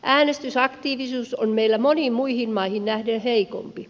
äänestysaktiivisuus on meillä moniin muihin maihin nähden heikompi